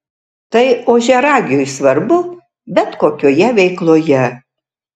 tai ožiaragiui svarbu bet kokioje veikloje